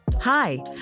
Hi